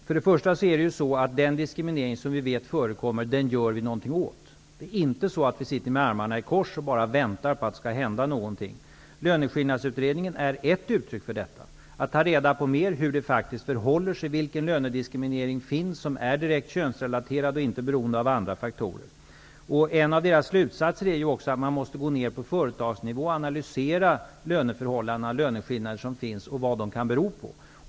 Fru talman! Vi gör någonting åt den diskriminering som vi vet förekommer -- vi sitter inte med armarna i kors och bara väntar på att det skall hända någonting. Löneskillnadsutredningen är ett uttryck för detta. Att ta reda på mer om hur det faktiskt förhåller sig, vilken lönediskriminering som finns som är direkt könsrelaterad och inte beroende av andra faktorer. En av utredningens slutsatser är att man måste gå ner på företagsnivå och analysera löneförhållandena, de löneskillnader som finns och vad de kan bero på.